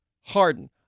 Harden